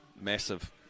Massive